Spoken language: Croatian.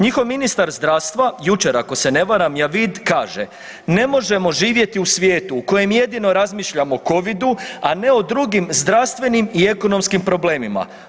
Njihov ministar zdravstva, jučer ako se ne varam, Javid kaže ne možemo živjeti u svijetu u kojem jedino razmišljamo o covidu, a ne o drugim zdravstvenim i ekonomskim problemima.